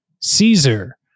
Caesar